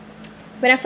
when I first